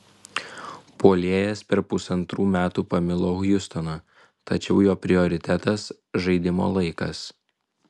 puolėjas per pusantrų metų pamilo hjustoną tačiau jo prioritetas žaidimo laikas